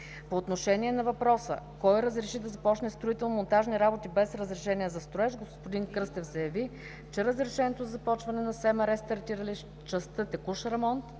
По отношение на въпроса кой е разрешил да започне строително-монтажни работи без разрешение за строеж, господин Кръстев заяви, че разрешението за започване на СМР стартира с частта текущ ремонт,